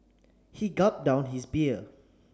he gulped down his beer